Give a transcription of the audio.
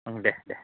ओं दे दे